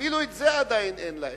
אפילו זה עדיין אין להם,